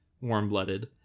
warm-blooded